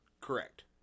Correct